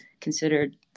considered